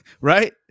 right